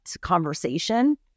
conversation